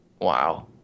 Wow